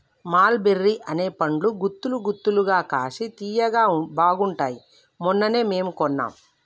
మల్ బెర్రీ అనే పండ్లు గుత్తులు గుత్తులుగా కాశి తియ్యగా బాగుంటాయ్ మొన్ననే మేము కొన్నాం